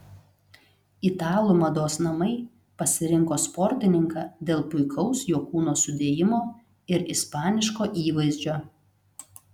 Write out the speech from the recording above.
italų mados namai pasirinko sportininką dėl puikaus jo kūno sudėjimo ir ispaniško įvaizdžio